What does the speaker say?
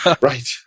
Right